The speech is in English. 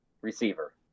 receiver